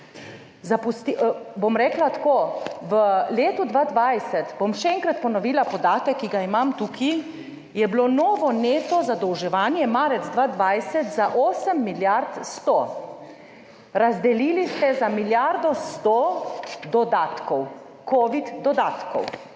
v letu 2020, bom še enkrat ponovila podatek, ki ga imam tukaj, je bilo novo neto zadolževanje, marec 2020, za 8 milijard 100. Razdelili ste za milijardo 100 dodatkov,